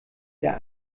der